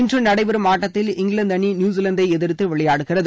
இன்று நடைபெறும் ஆட்டத்தில் இஙகிலாந்து அணி நியுசிலாந்தை எதிர்த்து விளையாடுகிறது